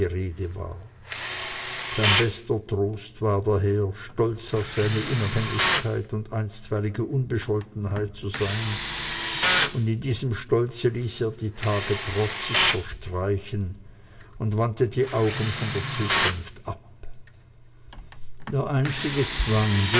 rede war sein bester trost war daher stolz auf seine unabhängigkeit und einstweilige unbescholtenheit zu sein und in diesem stolze ließ er die tage trotzig verstreichen und wandte die augen von der zukunft ab der einzige zwang